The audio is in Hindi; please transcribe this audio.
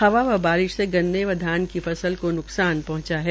हवा व बारिश से गन्ने की फसल को न्कसान पहंचा है